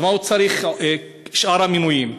אז מה הוא צריך את שאר המינויים?